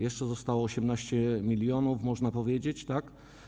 Jeszcze zostało 18 mln, można powiedzieć, tak?